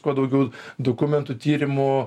kuo daugiau dokumentų tyrimų